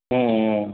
ம் ம்